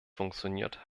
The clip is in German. funktioniert